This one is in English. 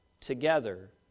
together